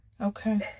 okay